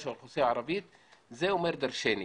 זה אומר דרשני.